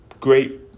great